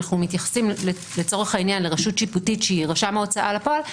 אם אנחנו מתייחסים לצורך העניין לרשות שיפוטית שהיא רשם ההוצאה לפועל,